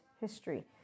history